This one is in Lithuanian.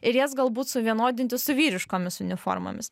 ir jas galbūt suvienodinti su vyriškomis uniformomis